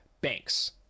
banks